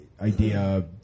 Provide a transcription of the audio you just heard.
idea